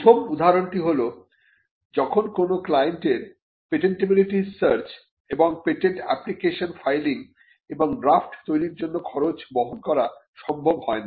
প্রথম উদাহরণটি হল যখন কোন ক্লায়েন্টের পেটেন্টিবিলিটি সার্চ এবং পেটেন্ট অ্যাপ্লিকেশন ফাইলিং এবং ড্রাফট তৈরির জন্য খরচ বহন করা সম্ভব হয় না